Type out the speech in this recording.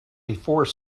before